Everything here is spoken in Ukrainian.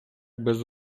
без